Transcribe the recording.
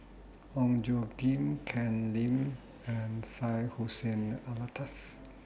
Ong Tjoe Kim Ken Lim and Syed Hussein Alatas